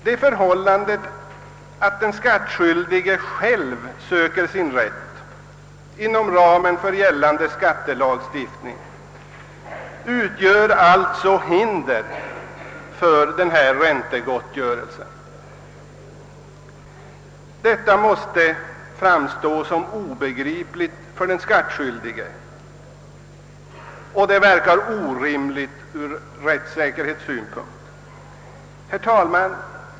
Det förhållandet, att den skattskyldige själv söker sin rätt inom ramen för gällande skattelagstiftning, utgör alltså hin der för att erhålla räntegottgörelse. Detta måste framstå såsom obegripligt för den skattskyldige och det verkar orimligt ur rättssäkerhetssynpunkt. Herr talman!